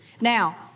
Now